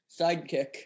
sidekick